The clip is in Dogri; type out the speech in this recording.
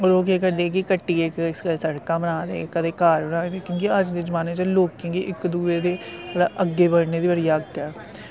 ओह् केह् करदे कि कट्टिये कदें सड़कां बना दे कदें घर बना दे क्योंकि अज दे जमाने च लोकें गी इक दुए दे अग्गें बड़ने दी बड़ी अग्ग ऐ